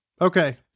Okay